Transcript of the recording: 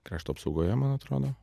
krašto apsaugoje man atrodo